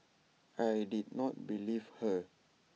I did not believe her